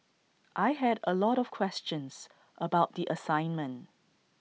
I had A lot of questions about the assignment